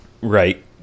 Right